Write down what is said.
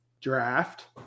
draft